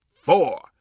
four